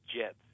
jets